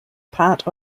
part